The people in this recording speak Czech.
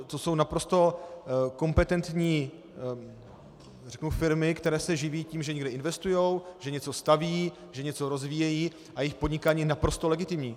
To jsou naprosto kompetentní, řeknu firmy, které se živí tím, že někde investují, že něco staví, že něco rozvíjejí, a jejich podnikání je naprosto legitimní.